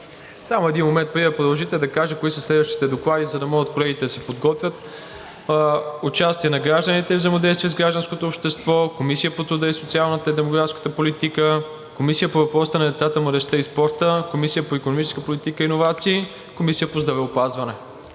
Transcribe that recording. Само един момент да кажа кои са следващите доклади, за да могат колегите да се подготвят: Комисия за прякото участие на гражданите и взаимодействието с гражданското общество, Комисия по труда, социалната и демографската политика, Комисия по въпросите на децата, младежта и спорта, Комисия по икономическа политика и иновации, Комисия по здравеопазването.